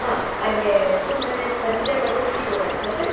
હા અને શું મને ફર્નિચર ફેસીલીટી પ્રોવાઈડ થશે